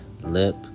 lip